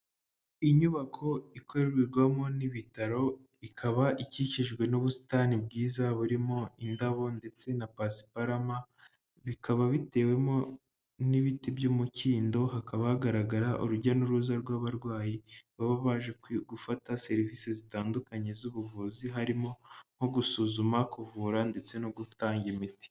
Inyubako ikorerwamo n'ibitaro, ikaba ikikijwe n'ubusitani bwiza burimo indabo ndetse na pasiparumu. Bikaba bitewemo n'ibiti by'umukindo hakaba hagaragara urujya n'uruza rw'abarwayi baba baje gufata serivisi zitandukanye z'ubuvuzi, harimo nko: gusuzuma, kuvura ndetse no gutanga imiti.